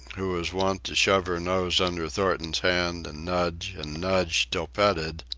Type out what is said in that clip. who was wont to shove her nose under thornton's hand and nudge and nudge till petted,